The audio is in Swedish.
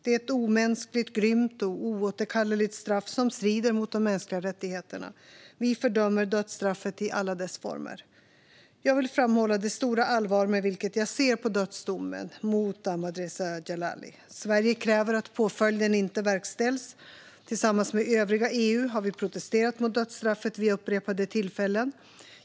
Det är ett omänskligt, grymt och oåterkalleligt straff som strider mot de mänskliga rättigheterna. Vi fördömer dödsstraffet i alla dess former. Jag vill framhålla det stora allvar med vilket jag ser på dödsdomen mot Ahmadreza Djalali. Sverige kräver att påföljden inte verkställs. Tillsammans med övriga EU har vi protesterat mot dödsstraffet vid upprepade tillfällen.